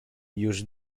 już